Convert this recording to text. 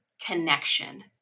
connection